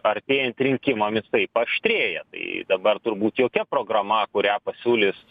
artėjant rinkimam jisai paaštrėja tai dabar turbūt jokia programa kurią pasiūlys